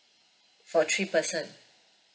for three person